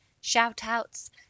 shout-outs